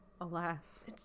Alas